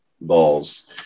balls